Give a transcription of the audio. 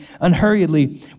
unhurriedly